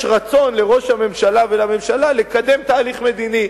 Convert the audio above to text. רצון לראש הממשלה ולממשלה לקדם תהליך מדיני.